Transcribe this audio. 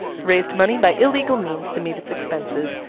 raised money by illegal means to meet its expenses,